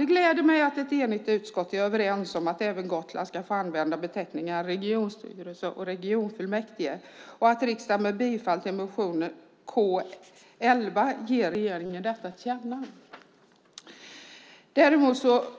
Det gläder mig att ett enigt utskott är överens om att även Gotland ska få använda beteckningen regionstyrelse och regionfullmäktige och att riksdagen med bifall till motion K11 ger regeringen detta till känna. Däremot